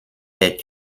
est